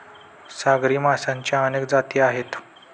सागरी माशांच्या अनेक जाती आहेत